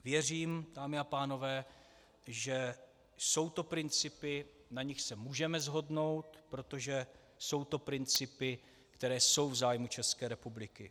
Věřím, dámy a pánové, že jsou to principy, na nichž se můžeme shodnout, protože jsou to principy, které jsou v zájmu České republiky.